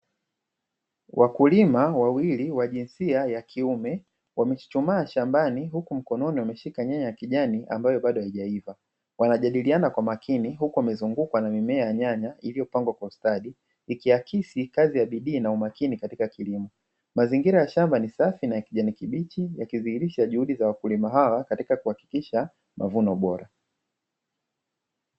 Wakulima wawili wa jinsia ya kiume, wamechuchumaa shambani, huku mkononi wameshika nyanya ya kijani ambayo bado haijaiva. Wanajadiliana kwa makini huku wamezungukwa na mimea ya nyanya iliyopangwa kwa ustadi, ikiakisi kazi ya bidii na umakini katika kilimo. Mazingira ya shamba ni safi na ya kijani kibichi, yakidhihirisha juhudi za wakulima hawa katika kuhakikisha mavuno bora.